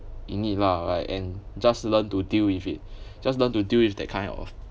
in it lah right and just learn to deal with it just learn to deal with that kind of